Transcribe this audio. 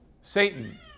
Satan